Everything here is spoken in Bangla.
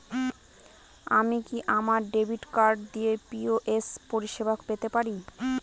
আমি কি আমার ডেবিট কার্ড দিয়ে পি.ও.এস পরিষেবা পেতে পারি?